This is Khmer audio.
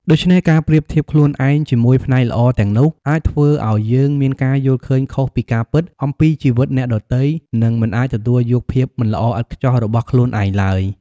ដូច្នេះ ការប្រៀបធៀបខ្លួនឯងជាមួយ ផ្នែកល្អទាំងនោះ អាចធ្វើឱ្យយើងមានការយល់ឃើញខុសពីការពិតអំពីជីវិតអ្នកដទៃ និងមិនអាចទទួលយកភាពមិនល្អឥតខ្ចោះរបស់ខ្លួនឯងឡើយ។